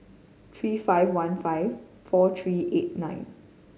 three five one five four three eight nine